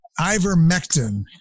ivermectin